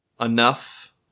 enough